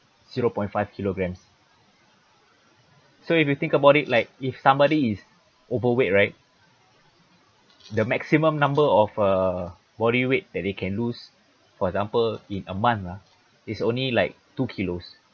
zero point five kilogrammes so if you think about it like if somebody is overweight right the maximum number of uh body weight that they can lose for example in a month lah is only like two kilos